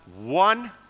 one